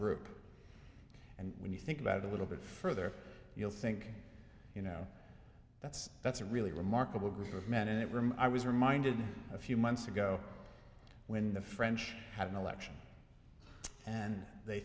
group and when you think about it a little bit further you'll think you know that's that's a really remarkable group of men in that room i was reminded a few months ago when the french had an election and they